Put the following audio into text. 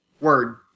Word